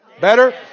Better